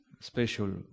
special